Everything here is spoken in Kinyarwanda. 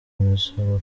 imisoro